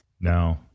No